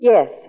Yes